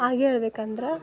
ಹಾಗ್ ಹೇಳ್ಬೇಕಂದ್ರೆ